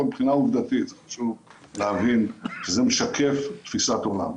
מבחינה עובדתית שזה משקף תפיסת עולם.